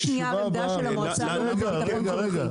יש נייר עמדה של המועצה הלאומית לביטחון תזונתי.